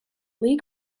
lee